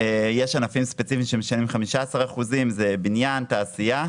יש ענפים ספציפיים שמשלמים 15% בניין ותעשייה.